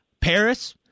paris